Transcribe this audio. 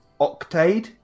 octade